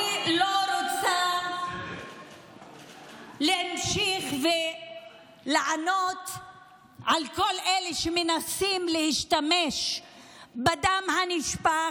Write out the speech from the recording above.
אני לא רוצה להמשיך ולענות לכל אלה שמנסים להשתמש בדם הנשפך,